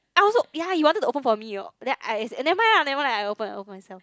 I also ya he wanted to open for me then I said never mind never mind ah I open I open myself